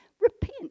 repent